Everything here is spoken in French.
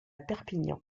perpignan